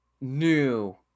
new